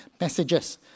messages